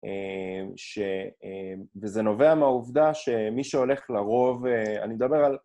ש... וזה נובע מהעובדה שמי שהולך לרוב... אני מדבר על...